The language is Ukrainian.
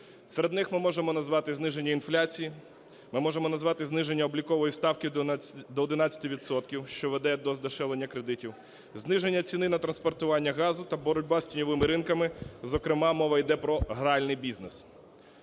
Серед них ми можемо назвати зниження інфляції, ми можемо назвати зниження облікової ставки до 11 відсотків, що веде до здешевлення кредитів, зниження ціни на транспортування газу та боротьба з тіньовими ринками, зокрема мова йде про гральний бізнес.